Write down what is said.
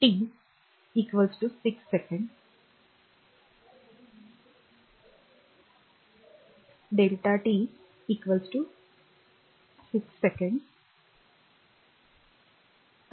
तर I 4 ampere दिले गेले आहे हे 4 अँपिअर आहे आणि टाइम टी 6 सेकंदाचा आहे